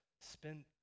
spend